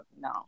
no